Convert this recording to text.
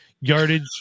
yardage